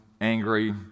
angry